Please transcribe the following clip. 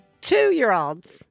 two-year-olds